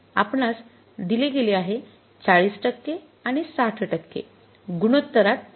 आपणास दिले गेले आहे ४० टक्के आणि ६० टक्के गुणोत्तरात मिसळले जाते